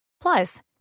Plus